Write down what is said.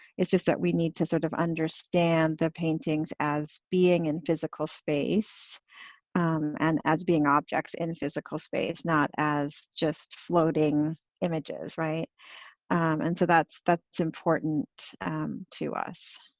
it's just that we need to sort of understand the paintings as being in physical space and as being objects in physical space, not as just floating images. and so that's that's important to us.